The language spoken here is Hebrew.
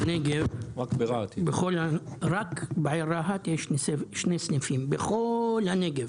רק בעיר רהט יש שני סניפים, בכל הנגב.